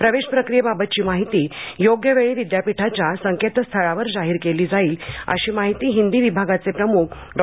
प्रवेश प्रक्रियेबाबतची माहिती योग्य वेळी विद्यापीठाच्या संकेतस्थळावर जाहीर केली जाईल अशी माहिती हिंदी विभागाचे प्रमुख डॉ